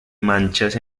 manchas